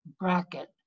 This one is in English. bracket